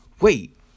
wait